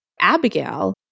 Abigail